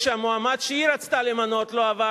כשהמועמד שהיא רצתה למנות לא עבר,